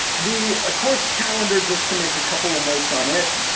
the ah course calendar just to make a couple of notes on it,